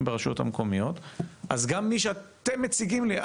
ברשויות המקומיות אז גם מי שאתם מציגים לי,